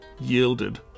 yielded